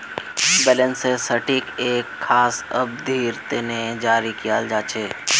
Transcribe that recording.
balance शीटक एक खास अवधिर तने जारी कियाल जा छे